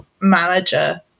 manager